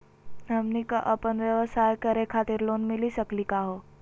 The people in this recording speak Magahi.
हमनी क अपन व्यवसाय करै खातिर लोन मिली सकली का हो?